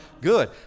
Good